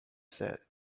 set